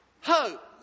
hope